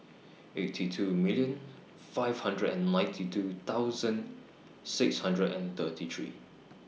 eighty two million five hundred and ninety two thousand six hundred and thirty three